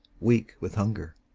weak with hunger.